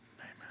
amen